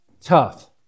tough